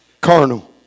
carnal